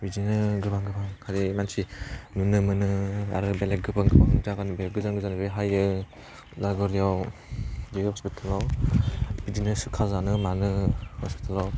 बिदिनो गोबां गोबां हारिनि मानसि नुनो मोनो आरो बेलेग गोबां गोबां जायगानिफाय गोजान गोजान बे हायो नागरियाव बिदि हस्पिटालाव बिदिनो सोखा जानो मानो हस्पिटालाव